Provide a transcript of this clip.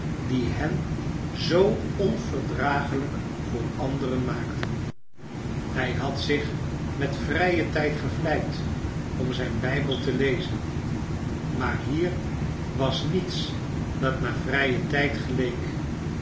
die hen zoo onverdragelijk voor anderen maakten hij had zich met vrijen tijd gevleid om zijn bijbel te lezen maar hier was niets dat naar vrijen tijd geleek